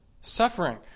suffering